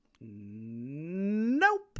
Nope